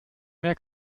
mehr